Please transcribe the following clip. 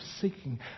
seeking